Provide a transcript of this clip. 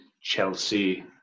Chelsea